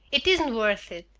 it isn't worth it.